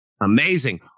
Amazing